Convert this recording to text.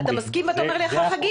--- אתה מסכים ואתה אומר לי אחרי החגים.